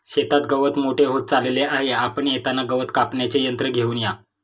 शेतात गवत मोठे होत चालले आहे, आपण येताना गवत कापण्याचे यंत्र घेऊन या